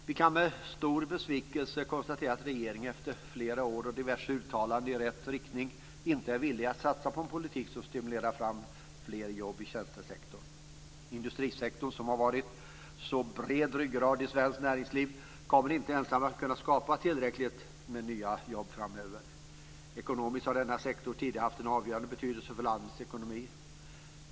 Vi kan med stor besvikelse konstatera att regeringen efter flera år och diverse uttalanden i rätt riktning inte är villiga att satsa på en politik som stimulerar fram fler jobb i tjänstesektorn. Industrisektorn, som har varit en så bred ryggrad i svenskt näringsliv, kommer inte ensam att kunna skapa tillräckligt många nya jobb framöver. Ekonomiskt har denna sektor tidigare haft en avgörande betydelse för landets ekonomi.